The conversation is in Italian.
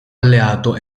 alleato